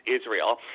Israel